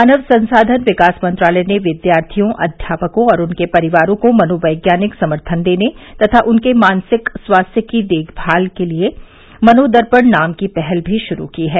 मानव संसाधन विकास मंत्रालय ने विद्यार्थियों अध्यापकों और उनके परिवारों को मनोवैज्ञानिक समर्थन देने तथा उनके मानसिक स्वास्थ्य की देखमाल के लिए मनोदर्पण नाम की पहल भी शुरू की है